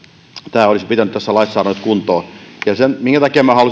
tämä olisi pitänyt tässä laissa saada nyt kuntoon syy minkä takia minä halusin ottaa